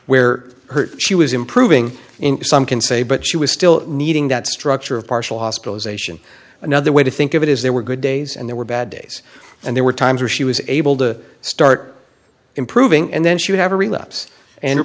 where she was improving in some can say but she was still needing that structure of partial hospitalization another way to think of it is there were good days and there were bad days and there were times where she was able to start improving and then she would have a relapse and